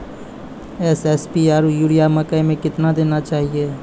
SSP आरु urea मकई मे कितना देना चाहिए?